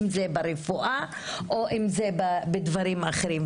אם זה ברפואה או בדברים אחרים.